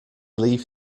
leave